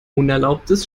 unerlaubtes